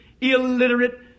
illiterate